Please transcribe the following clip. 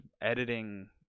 editing